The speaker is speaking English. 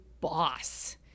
boss